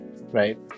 right